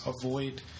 avoid